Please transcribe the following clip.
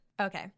Okay